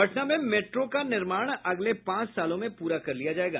पटना में मेट्रो का निर्माण अगले पांच सालों में पूरा कर लिया जायेगा